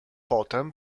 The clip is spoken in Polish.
potem